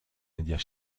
médias